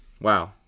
Wow